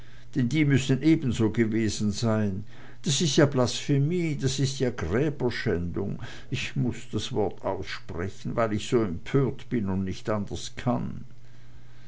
denn die müssen ebenso gewesen sein das ist ja blasphemie das ist ja gräberschändung ich muß das wort aussprechen weil ich so empört bin und nicht anders kann